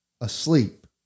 asleep